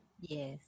Yes